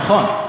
נכון,